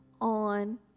on